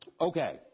Okay